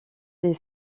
des